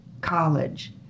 college